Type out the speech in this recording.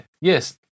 Yes